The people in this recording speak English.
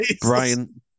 Brian